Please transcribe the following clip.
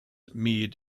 mead